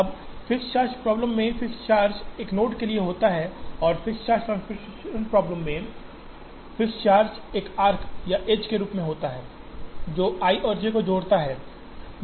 अब fixed charge problem में fixed charge एक नोड के लिए होता है और फिक्स्ड चार्ज ट्रांसपोर्टेशन प्रॉब्लम में फिक्स्ड चार्ज एक आर्क या एज के लिए होता है जो i और j को जोड़ता है